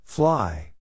Fly